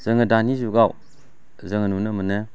जोङो दानि जुगाव जोङो नुनो मोनो